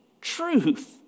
truth